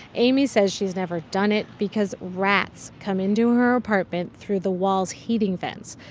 amy says she's never done it because rats come into her apartment through the wall's heating vents.